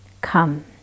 Come